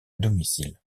domicile